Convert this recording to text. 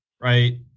Right